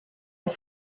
his